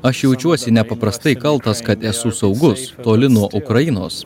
aš jaučiuosi nepaprastai kaltas kad esu saugus toli nuo ukrainos